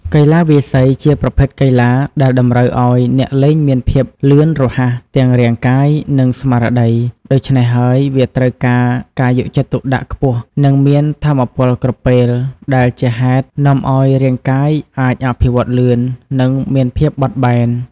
កីឡាវាយសីជាប្រភេទកីឡាដែលតម្រូវឱ្យអ្នកលេងមានភាពលឿនរហ័ស ទាំងរាងកាយ និងស្មារតី ដូច្នេះហើយវាត្រូវការការយកចិត្តទុកដាក់ខ្ពស់ និងមានថាមពលគ្រប់ពេល ដែលជាហេតុនាំឱ្យរាងកាយ អាចអភិវឌ្ឍល្បឿន និងមានភាពបត់បែន។